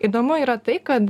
įdomu yra tai kad